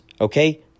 Okay